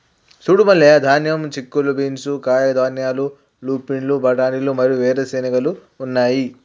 సూడు మల్లయ్య ధాన్యం, చిక్కుళ్ళు బీన్స్, కాయధాన్యాలు, లూపిన్లు, బఠానీలు మరియు వేరు చెనిగెలు ఉన్నాయి